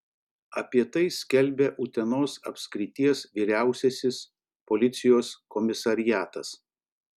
apie tai skelbia utenos apskrities vyriausiasis policijos komisariatas